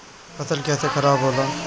फसल कैसे खाराब होला?